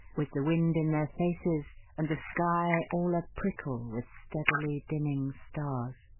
with the wind in their faces and the sky all a-prickle with steadily dimming stars.